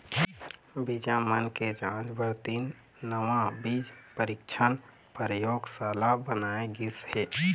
बीजा मन के जांच बर तीन नवा बीज परीक्छन परयोगसाला बनाए गिस हे